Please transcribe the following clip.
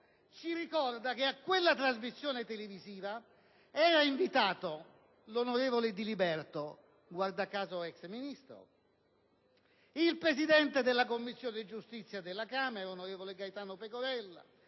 ci ricorda che a quella trasmissione televisiva erano invitati anche l'onorevole Diliberto, guarda caso ex Ministro, il presidente della Commissione giustizia della Camera, onorevole Gaetano Pecorella,